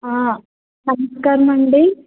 నమస్కారమండి